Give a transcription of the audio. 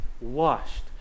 washed